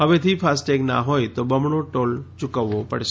હવેથી ફાસ્ટેગ ના હોય તો બમણો ટોલ યુકવવા પડશે